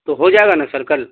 تو ہو جائے گا نا سر کل